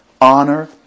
honor